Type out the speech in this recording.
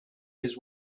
his